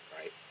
right